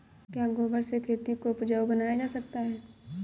क्या गोबर से खेती को उपजाउ बनाया जा सकता है?